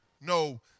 No